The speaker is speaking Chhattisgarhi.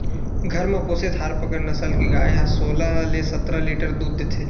घर म पोसे थारपकर नसल के गाय ह सोलह ले सतरा लीटर दूद देथे